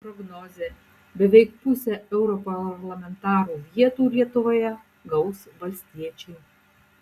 prognozė beveik pusę europarlamentarų vietų lietuvoje gaus valstiečiai